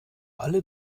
alle